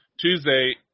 Tuesday